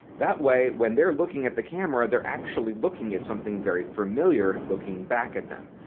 that way when they're looking at the camera they're actually looking at something very familiar looking back at them.